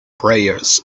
prayers